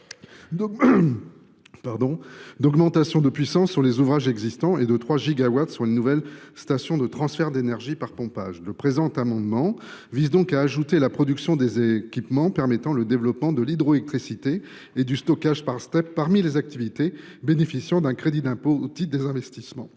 d’augmentations de puissance sur les ouvrages existants, et de 3 gigawatts de nouvelles stations de transferts d’énergie par pompage. Le présent amendement vise donc à ajouter la production des équipements permettant le développement de l’hydroélectricité et du stockage par Step parmi les activités bénéficiant d’un C3IV. Quel est l’avis de la commission